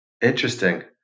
Interesting